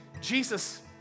Jesus